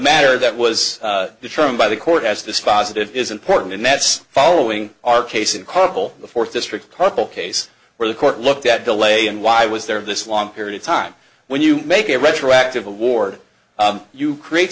matter that was determined by the court as dispositive is important and that's following our case in kabul the fourth district purple case where the court looked at delay and why was there this long period of time when you make a retroactive award you create